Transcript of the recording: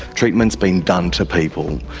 treatment's been done to people.